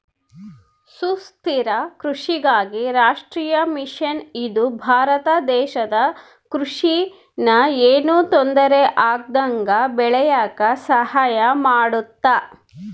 ಸುಸ್ಥಿರ ಕೃಷಿಗಾಗಿ ರಾಷ್ಟ್ರೀಯ ಮಿಷನ್ ಇದು ಭಾರತ ದೇಶದ ಕೃಷಿ ನ ಯೆನು ತೊಂದರೆ ಆಗ್ದಂಗ ಬೇಳಿಯಾಕ ಸಹಾಯ ಮಾಡುತ್ತ